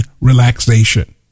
relaxation